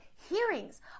hearings